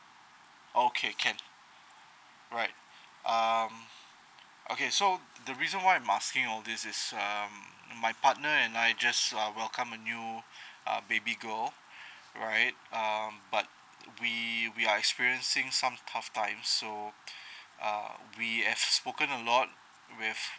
okay can right um okay so the reason why I'm asking all this is um my partner and I just uh welcome a new uh baby girl right um but we we are experiencing some tough times so uh we have spoken a lot we have